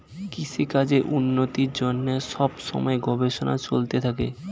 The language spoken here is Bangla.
কৃষিকাজের উন্নতির জন্যে সব সময়ে গবেষণা চলতে থাকে